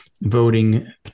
voting